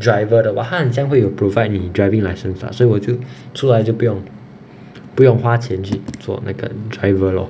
driver 的话它好像会 provide 你 driving license lah 所以我就出来就不用不用花钱去做那个 driver lor